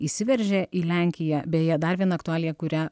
įsiveržė į lenkiją beje dar viena aktualija kurią